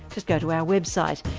just go to our website.